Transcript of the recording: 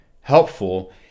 helpful